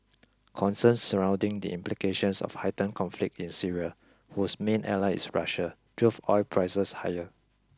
concerns surrounding the implications of heightened conflict in Syria whose main ally is Russia drove oil prices higher